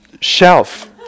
shelf